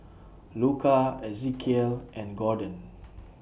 Luka Ezekiel and Gorden